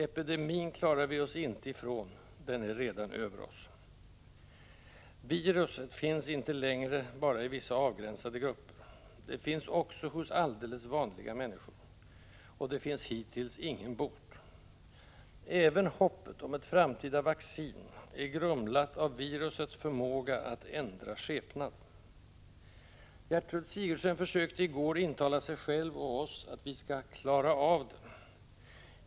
Epidemin klarar vi oss inte ifrån. Den är redan över oss.” Viruset finns inte längre bara i vissa avgränsade grupper. Det finns också hos alldeles vanliga människor. Och det finns hittills ingen bot. Även hoppet om ett framtida vaccin är grumlat av virusets förmåga att ändra skepnad. Gertrud Sigurdsen försökte i går intala sig själv och oss att vi skall ”klara av det”.